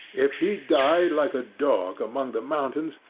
if he died like a dog among the mountains,